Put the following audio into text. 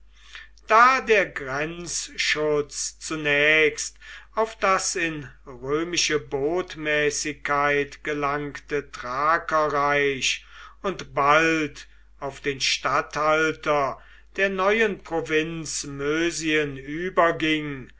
da der grenzschutz zunächst auf das in römische botmäßigkeit gelangte thrakerreich und bald auf den statthalter der neuen provinz mösien überging